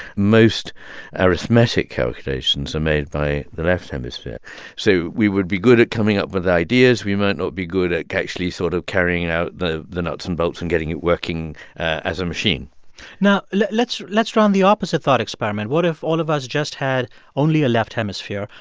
most arithmetic calculations are made by the left hemisphere so we would be good at coming up with ideas. we might not be good at actually sort of carrying out the the nuts and bolts and getting it working as a machine now let's let's run the opposite thought experiment. what if all of us just had only a left hemisphere?